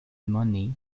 money